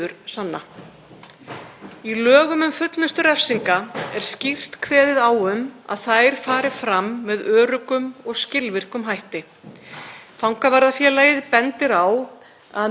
Fangavarðafélagið bendir á að með því segi lögin að tryggja þurfi öruggt vinnuumhverfi innan fangelsanna og allur aðbúnaður í þeim verði að styðja markmið laganna.